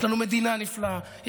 יש לנו מדינה נפלאה,